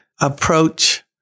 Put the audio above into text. approach